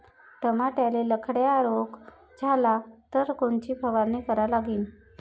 टमाट्याले लखड्या रोग झाला तर कोनची फवारणी करा लागीन?